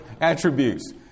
attributes